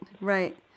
Right